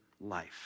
life